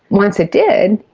once it did,